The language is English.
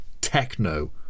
techno